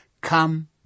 come